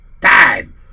time